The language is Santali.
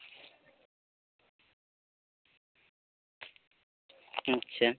ᱟᱪᱪᱷᱟ